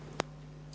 Hvala.